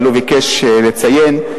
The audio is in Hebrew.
אבל הוא ביקש לציין.